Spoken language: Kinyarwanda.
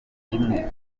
rimwe